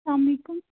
سلام علیکُم